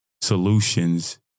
solutions